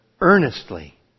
earnestly